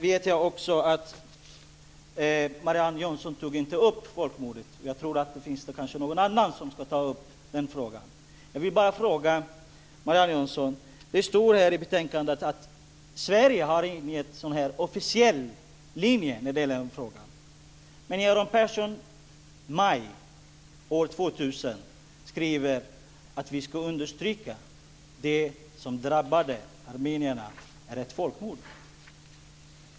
Marianne Jönsson tog inte upp frågan om folkmordet, men det kanske är någon annan som ska göra det. Jag vill bara ställa en fråga till Marianne Jönsson. Det står i betänkandet att Sverige inte har någon officiell linje när det gäller den frågan. Men Göran Persson skrev i maj år 2000 att vi ska understryka att det som drabbade armenierna var ett folkmord.